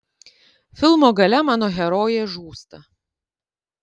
filmo gale mano herojė žūsta